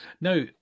Now